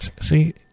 see